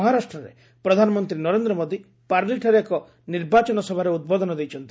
ମହାରାଷ୍ଟ୍ରରେ ପ୍ରଧାନମନ୍ତ୍ରୀ ନରେନ୍ଦ୍ର ମୋଦୀ ପାର୍ଲିଠାରେ ଏକ ନିର୍ବାଚନ ସଭାରେ ଉଦ୍ବୋଧନ ଦେଇଛନ୍ତି